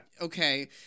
Okay